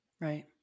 Right